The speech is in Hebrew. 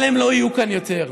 אבל הם לא יהיו כאן יותר.